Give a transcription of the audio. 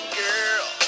girl